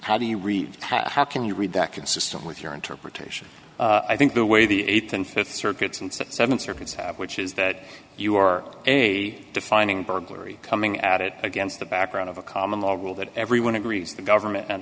how do you read how can you read that consistent with your interpretation i think the way the eighth and fifth circuits and seventh circuits which is that you are a defining burglary coming at it against the background of a common law rule that everyone agrees the government